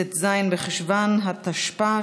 ט"ז בחשוון התשפ"א,